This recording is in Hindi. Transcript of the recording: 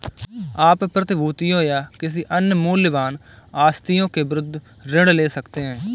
आप प्रतिभूतियों या किसी अन्य मूल्यवान आस्तियों के विरुद्ध ऋण ले सकते हैं